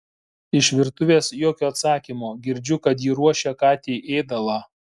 iš virtuvės jokio atsakymo girdžiu kad ji ruošia katei ėdalą